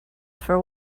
for